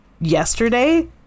yesterday